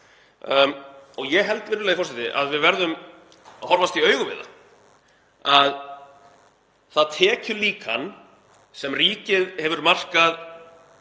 Ég held, virðulegi forseti, að við verðum að horfast í augu við að það tekjulíkan sem ríkið hefur markað